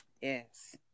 Yes